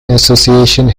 association